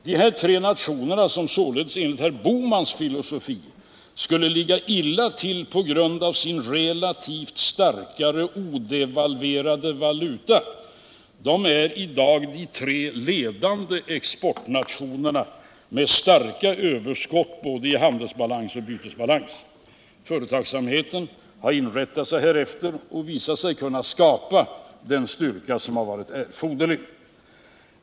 Dessa tre nationer, som således enligt herr Bohmans filosofi skulle ligga illa till på grund av sin relativt starka odevalverade valuta, är i dag de ledande exportnationerna med starka överskott i både handelsbalans och bytesbalans. Företagsamheten har inrättat sig härefter och har visat sig kunna skapa den styrka som har varit erforderlig.